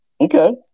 Okay